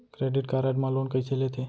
Credit card मा loan कइसे लेथे?